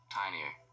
tinier